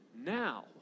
now